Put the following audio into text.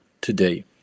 today